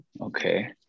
okay